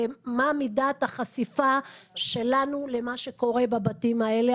ומה מידת החשיפה שלנו למה שקורה בבתים האלה.